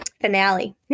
finale